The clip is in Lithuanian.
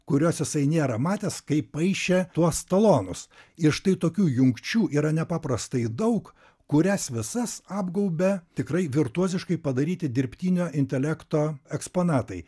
kurios jisai nėra matęs kai paišė tuos talonus ir štai tokių jungčių yra nepaprastai daug kurias visas apgaubia tikrai virtuoziškai padaryti dirbtinio intelekto eksponatai